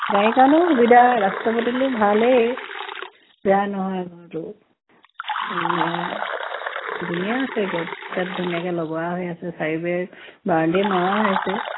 গাড়ীৰ কাৰণেও সুবিধা ৰাস্তা পদূলিও ভালেই বেয়া নহয় ঘৰতো আৰু মানে ধুনীয়া আছে গেট চেট ধুনীয়াকৈ লগোৱা হৈ আছে চাৰিবেৰ বাউণ্ডেৰী মৰা হৈ আছে